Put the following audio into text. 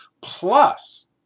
plus